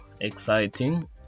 exciting